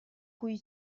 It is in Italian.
cui